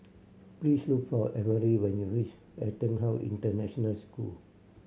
please look for Emry when you reach EtonHouse International School